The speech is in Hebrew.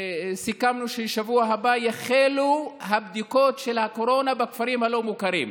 סיכמנו שבשבוע הבא יחלו הבדיקות של הקורונה בכפרים הלא-מוכרים.